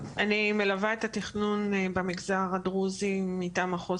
מלווה את התכנון במגזר הדרוזי מטעם מחוז